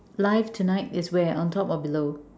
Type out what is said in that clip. live tonight is where on top or below